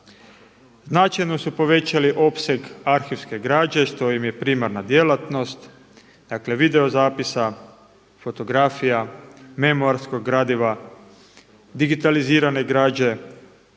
značajno su povećali opseg arhivske građe što im je primarna djelatnost, dakle videozapisa, fotografija, memoarskog gradiva, digitalizirane građe.